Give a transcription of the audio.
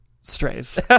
Strays